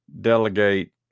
delegate